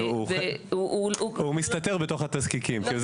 הוא מסתתר בתוך התזקיקים.